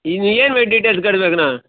ಇನ್ನೂ ಏನು ಡೀಟೇಲ್ಸ್ ಕಳ್ಸ್ಬೇಕು ನಾ